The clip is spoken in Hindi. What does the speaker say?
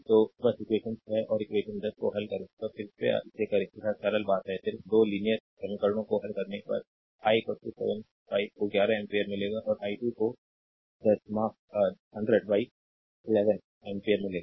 तो बस इक्वेशन 6 और इक्वेशन 10 को हल करें बस कृपया इसे करें यह सरल बात है सिर्फ 2 लीनियर समीकरणों को हल करने पर i 75 को 11 एम्पीयर मिलेगा और i2 को 10 माफ 10011 एम्पीयर मिलेगा